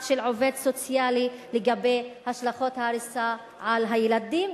של עובד סוציאלי לגבי השלכות ההריסה על הילדים.